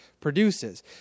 produces